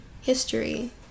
history